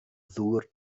ddŵr